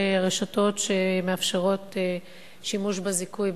במטרות החינוך לא נכללים הצורך והחובה